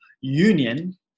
union